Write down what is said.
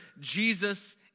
Jesus